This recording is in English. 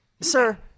Sir